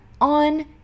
on